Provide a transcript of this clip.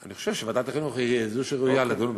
אני חושב שוועדת החינוך היא זו שראויה לדון בזה.